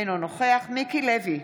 אינו נוכח מיקי לוי,